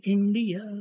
India।